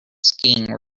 skiing